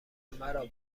مرا